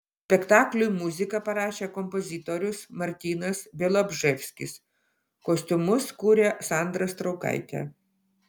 spektakliui muziką parašė kompozitorius martynas bialobžeskis kostiumus kūrė sandra straukaitė